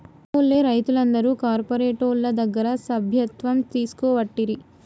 మనూళ్లె రైతులందరు కార్పోరేటోళ్ల దగ్గర సభ్యత్వం తీసుకోవట్టిరి